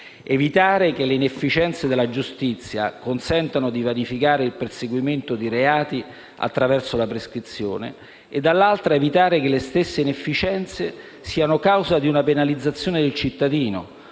evitare che le inefficienze della giustizia consentano di vanificare il perseguimento di reati attraverso la prescrizione; dall'altra, evitare che le stesse inefficienze siano causa di una penalizzazione del cittadino,